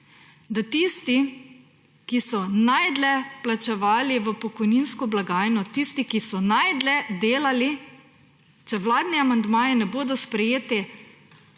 Da tisti, ki so najdlje vplačevali v pokojninsko blagajno, tisti, ki so najdlje delali, če vladni amandmaji ne bodo sprejeti,